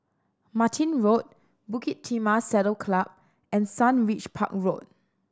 Martin Road Bukit Timah Saddle Club and Sundridge Park Road